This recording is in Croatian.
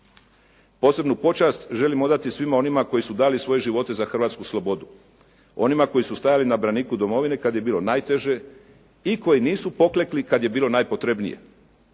Posebnu počast želim odati svima onima koji su dali svoje živote za hrvatsku slobodu, onima koji su stajali na braniku Domovine kad je bilo najteže i koji nisu poklekli kad je bilo najpotrebnije.